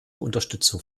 unterstützung